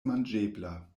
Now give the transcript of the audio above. manĝebla